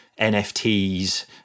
NFTs